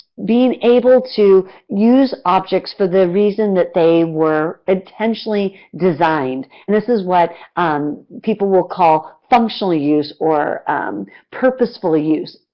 being able to use objects for the reason that they were intentionally designed and this is what um people would call functional use or purposeful use.